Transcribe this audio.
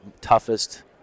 toughest